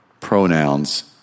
pronouns